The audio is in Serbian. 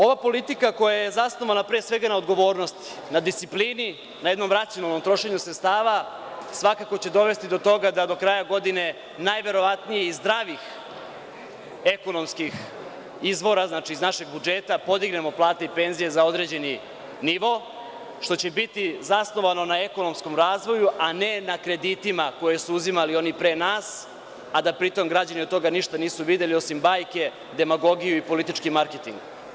Ova politika koja je pre svega zasnovana na odgovornosti, na disciplini, na jednom racionalnom trošenju sredstava svakako će dovesti do toga da do kraja godine najverovatnije iz zdravih ekonomskih izvora, znači iz našeg budžeta podignemo plate i penzije za određeni nivo, što će biti zasnovano na ekonomskom razvoju, a ne na kreditima koje su uzimali oni pre nas, a da pritom građani od toga ništa nisu videli osim bajke, demagogiju i politički marketing.